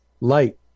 Light